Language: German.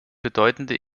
bedeutende